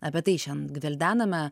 apie tai šian gvildename